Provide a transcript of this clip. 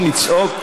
במקום לצעוק,